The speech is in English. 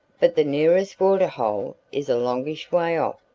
but the nearest water-hole is a longish way off,